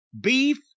beef